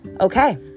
okay